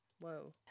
Whoa